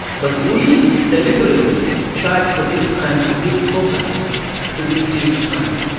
but we deliberately tried for these crimes to bring focus to this serious crime,